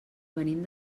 venim